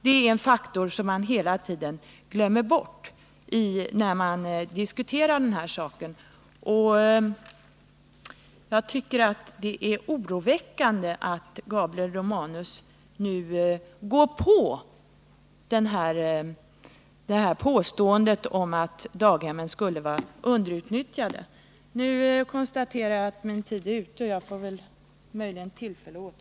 Det är en faktor som man hela tiden glömmer bort när man diskuterar denna fråga. Jag tycker att det är oroväckande att Gabriel Romanus nu accepterar påståendet om att daghemmen skulle vara underutnyttjade. Jag konstaterar att min taletid nu är ute. Jag får tillfälle att återkomma.